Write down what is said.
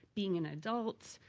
being an adult,